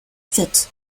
fit